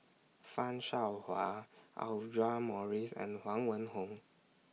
fan Shao Hua Audra Morrice and Huang Wenhong